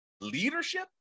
leadership